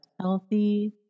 healthy